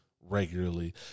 regularly